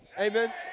Amen